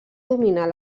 dominar